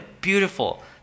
beautiful